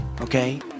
okay